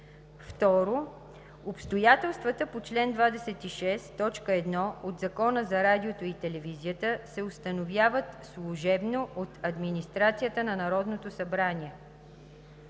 2. Обстоятелствата по чл. 26, т. 1 от Закона за радиото и телевизията се установяват служебно от администрацията на Народното събрание.